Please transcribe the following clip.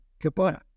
goodbye